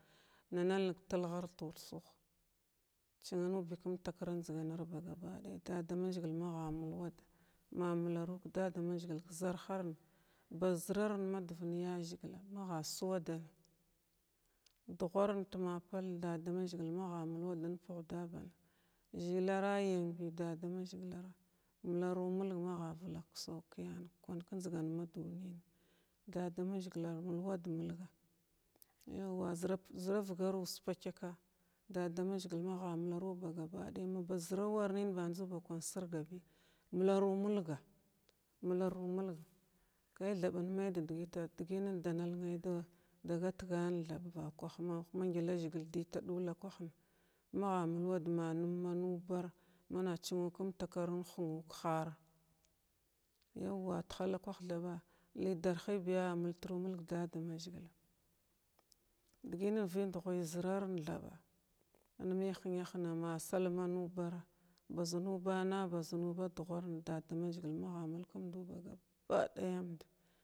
Nandnəy təl ghir təl suh china nubi kumtakira njzgar ba gabaday dadamazəgil magha mulwad ma mularu ka dadamazəgil ka zarharna baz zəralən madvan yazəgilla ma gha suwadan dugharən tima palən magha mulwad in puhdan, zəlara yanbi dadamazəgil mularu mulgwa magha valar ka sukiyam kwan ka njzgan ma dunən dada mazəgila mulwad mulgwa yawa zəra zəra pak zəra vagar ussa pakayka dadamazagil magh mularu bagaɗay maba zəra warnən ba nju ba kwa insirgabi mularu mulgwa mularu mulgwa kaythaɓa in may da dəgəta dəgəynən danal nay dagat ganthaɓ vakwahma magylazəgil dəy ta ɗulla kwahən magha mulwad ma nu manubar mana chinu kumtakir inhənu ka hara yawwa tahala kwah thaɓa ləy darhi biya a multru mulg dada mazəgil dəgənən vəndghəw zərarinthaɓa in may həna həna ma salman bara nubana baz nuba duhron dada mazəgil magha mulkumdu ba gabaday amd.